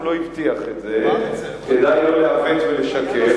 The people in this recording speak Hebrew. הוא לא הבטיח את זה, כדאי לא לעוות ולשקר.